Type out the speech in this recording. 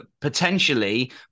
potentially